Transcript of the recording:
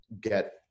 get